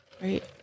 right